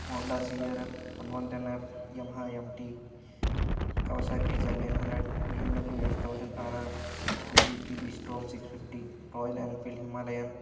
Honda CRF one one ten F Yamaha MT Kawasaki Z nine hundred BMW S thousand RR Suzuki V Strom six fifty Royal Enfield Himalayan